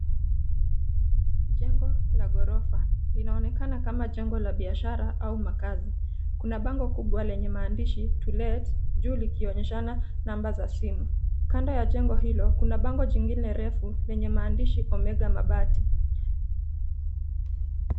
Jengo la ghorofa. Inaonekana kama jengo la biashara au makazi. Kuna bango kubwa lenye maandishi to let juu likionyeshana namba ya simu. Kando ya jengo hilo, kuna bango jingine refu lenye maandishi Omega Mabati.